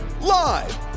Live